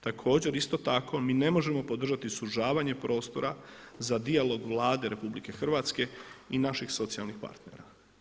Također isto tako mi ne možemo podržati sužavanje prostora za dijalog Vlade RH i naših socijalnih partnera.